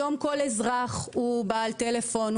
היום כל אזרח הוא בעל טלפון,